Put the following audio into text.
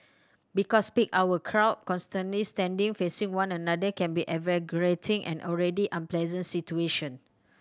because peak hour crowd constantly standing facing one another can be an already unpleasant situation